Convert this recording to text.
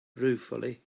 ruefully